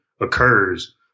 occurs